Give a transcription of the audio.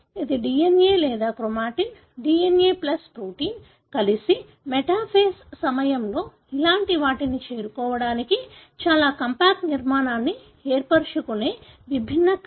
కాబట్టి ఇది DNA లేదా క్రోమాటిన్ DNA ప్లస్ ప్రోటీన్ కలిసి మెటాఫేస్ సమయంలో ఇలాంటి వాటికి చేరుకోవడానికి చాలా కాంపాక్ట్ నిర్మాణాన్ని ఏర్పరుచుకునే విభిన్న క్రమం